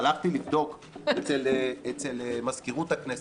הלכתי לבדוק אצל מזכירות הכנסת,